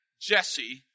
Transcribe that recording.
Jesse